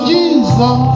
Jesus